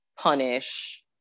punish